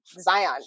Zion